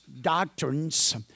doctrines